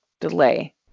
delay